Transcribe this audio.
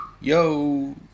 Yo